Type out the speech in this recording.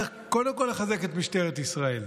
הוא צריך קודם כול לחזק את משטרת ישראל,